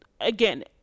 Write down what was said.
again